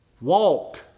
Walk